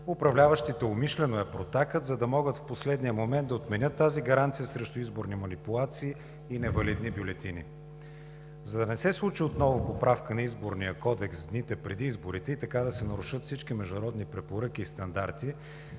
управляващите умишлено я протакат, за да могат в последния момент да отменят тази гаранция срещу изборни манипулации и невалидни бюлетини. За да не се случи отново поправка на Изборния кодекс в дните преди изборите и така да се нарушат всички международни препоръки и стандарти,